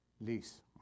lease